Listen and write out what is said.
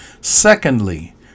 secondly